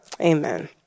Amen